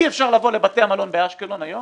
אי אפשר לבוא לבתי המלון באשקלון היום